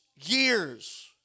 years